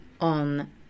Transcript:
on